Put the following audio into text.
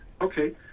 Okay